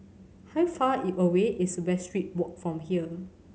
how far is away is Westridge Walk from here